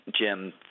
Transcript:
Jim